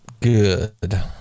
good